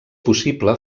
possible